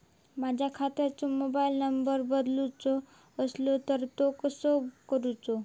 माझ्या खात्याचो mobile number बदलुचो असलो तर तो कसो करूचो?